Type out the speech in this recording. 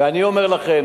ואני אומר לכם,